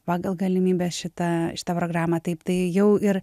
pagal galimybę šitą šitą programą taip tai jau ir